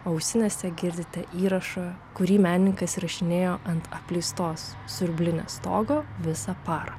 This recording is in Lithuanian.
ausinėse girdite įrašą kurį menininkas įrašinėjo ant apleistos siurblinės stogo visą parą